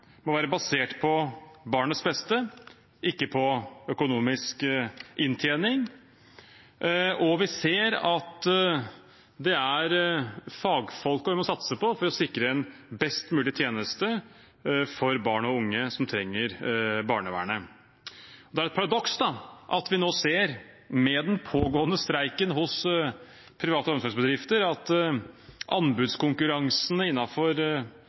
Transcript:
må være basert på barnets beste, ikke på økonomisk inntjening. Vi ser at det er fagfolkene vi må satse på for å sikre en best mulig tjeneste for barn og unge som trenger barnevernet. Det er et paradoks at vi med den pågående streiken hos private omsorgsbedrifter nå ser at